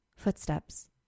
footsteps